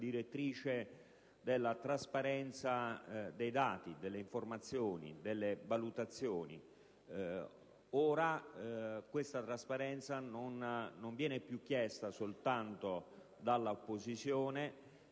della trasparenza dei dati, delle informazioni e delle valutazioni. Ora, questa trasparenza non viene più chiesta soltanto dall'opposizione,